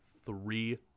three